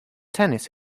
tennis